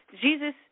Jesus